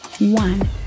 one